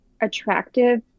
attractive